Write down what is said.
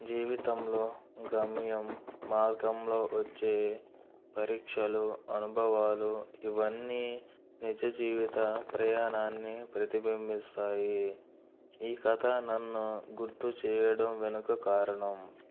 జీవితంలో గమ్యం మార్గంలో వచ్చే పరీక్షలు అనుభవాలు ఇవన్నీ నిజ జీవిత ప్రయాణాన్ని ప్రతిబింబిస్తాయి ఈ కథ నన్ను గుర్తు చేయడం వెనుక కారణం